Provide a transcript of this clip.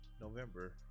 November